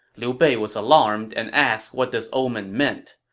liu bei was alarmed and asked what this omen meant.